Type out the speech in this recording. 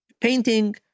painting